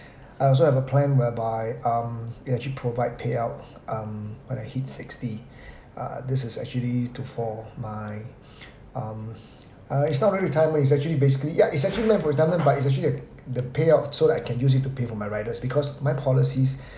I also have a plan whereby um it actually provide payout err when I hit sixty uh this is actually to for my um uh its not really retirement is actually basically ya its actually meant for retirement but its actually the the payout so that I can use it to pay for my riders because my policies